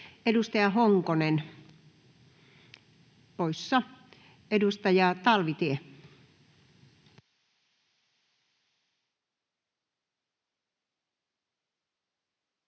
Edustaja Honkonen poissa. — Edustaja Talvitie.